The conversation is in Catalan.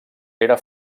era